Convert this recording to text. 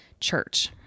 church